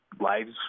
lives